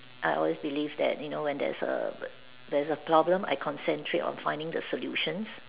I always believe that you know when there is a there's a problem I concentrate on finding the solutions